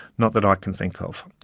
not that i can think of.